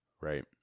right